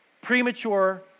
Premature